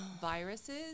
viruses